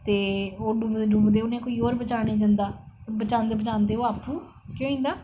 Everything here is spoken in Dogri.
ते ओह् डुबदे डुबदे कोई और बचाने गी जंदा बचांदे बचांदे ओह् आपू गै होई जंदा